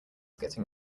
getting